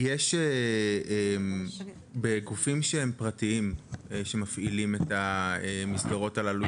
בגופים פרטיים שמפעילים את המסגרות הללו,